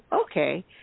okay